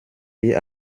wie